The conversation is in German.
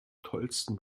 tollsten